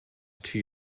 two